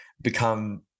become